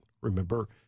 Remember